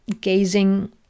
gazing